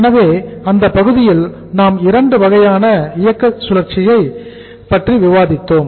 எனவே அந்த பகுதியில் நாம் இரண்டு வகையான இயக்க சுழற்சியை பற்றி விவாதித்தோம்